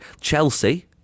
Chelsea